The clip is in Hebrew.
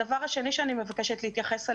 הדבר השני אליו אני מבקשת להתייחס,